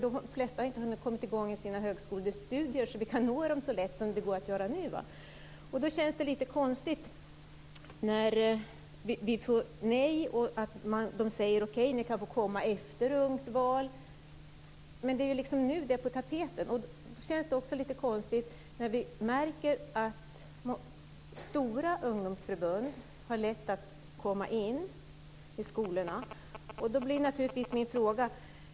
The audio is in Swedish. De flesta har då inte kommit i gång med sina högskolestudier, så att vi kan nå dem så lätt som nu. Det känns lite konstigt när vi får nej, och man säger att vi kan få komma efter Ungt val. Men det är ju nu det är på tapeten. Det känns också lite konstigt när vi märker att stora ungdomsförbund har lätt att komma in i skolorna.